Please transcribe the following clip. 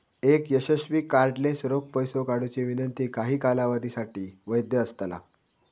एक यशस्वी कार्डलेस रोख पैसो काढुची विनंती काही कालावधीसाठी वैध असतला